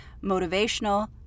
motivational